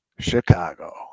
Chicago